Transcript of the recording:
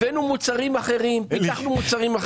הבאנו מוצרים אחרים, פיתחנו מוצרים אחרים.